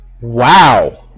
Wow